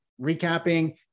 recapping